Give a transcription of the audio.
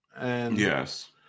Yes